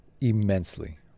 immensely